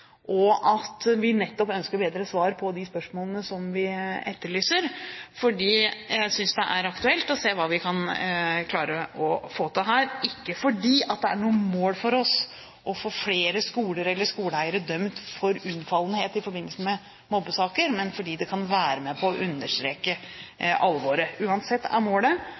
aktuelt å se på hva vi kan klare å få til her – ikke fordi det er noe mål for oss å få flere skoler eller skoleeiere dømt for unnfallenhet i forbindelse med mobbesaker, men fordi det kan være med på å understreke alvoret. Uansett er målet